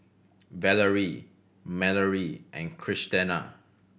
Valery Mallorie and Christena